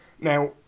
Now